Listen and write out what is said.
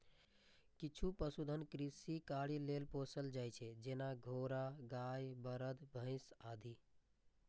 किछु पशुधन कृषि कार्य लेल पोसल जाइ छै, जेना घोड़ा, गाय, बरद, भैंस आदि